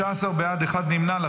19 בעד, אחד נמנע.